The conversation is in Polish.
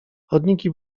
chodniki